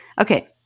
Okay